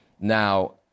Now